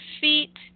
feet